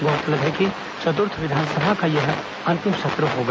गौरतलब है कि चतुर्थ विधानसभा का यह अंतिम सत्र होगा